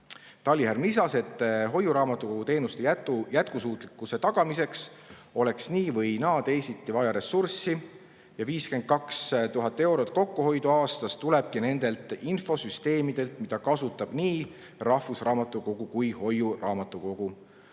Talihärm lisas, et hoiuraamatukogu teenuste jätkusuutlikkuse tagamiseks oleks nii või naa teisiti vaja ressurssi ja 52 000 eurot kokkuhoidu aastas tulebki nendelt infosüsteemidelt, mida kasutab nii rahvusraamatukogu kui ka hoiuraamatukogu.